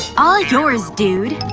all yours, dude.